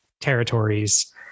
territories